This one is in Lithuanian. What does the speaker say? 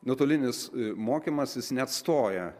nuotolinis mokymasis neatstoja